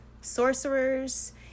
sorcerers